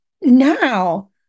now